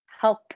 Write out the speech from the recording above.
help